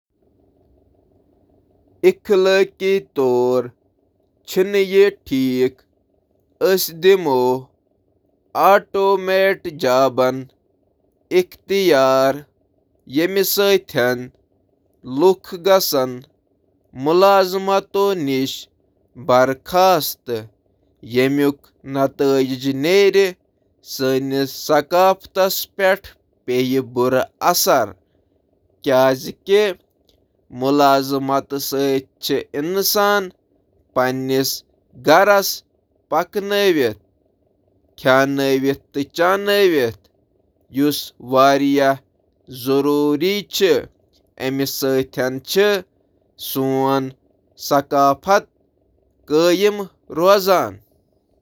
نوکری ہنٛز نقل مکانی ہنٛد اخلأقی مضمرات چِھ گہری آسان۔ آٹومیشن کہ وجہ سۭتۍ بےروزگٲری ہنٛد سامنا کرن وٲل کارکنن ہیکن مٲلی مشکلات، خود اعتمادی منٛز کمی، تہٕ مقصدک کم احساسُک تجربہٕ کرتھ۔